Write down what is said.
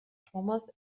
thomas